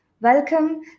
Welcome